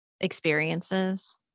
experiences